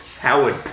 Howard